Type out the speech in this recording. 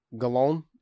Gallon